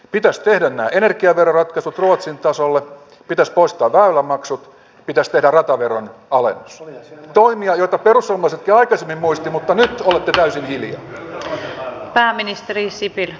pitäisi tehdä nämä energiaveroratkaisut ruotsin tasolle pitäisi poistaa väylämaksut pitäisi tehdä rataveron alennus toimia jotka perussuomalaisetkin aikaisemmin muistivat mutta nyt olette täysin hiljaa